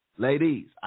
Ladies